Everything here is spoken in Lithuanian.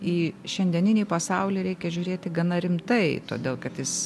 į šiandieninį pasaulį reikia žiūrėti gana rimtai todėl kad jis